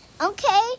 Okay